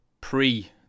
pre